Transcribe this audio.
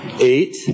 Eight